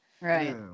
Right